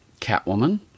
Catwoman